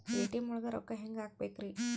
ATM ಒಳಗ್ ರೊಕ್ಕ ಹೆಂಗ್ ಹ್ಹಾಕ್ಬೇಕ್ರಿ?